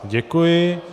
Děkuji.